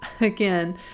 again